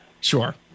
Sure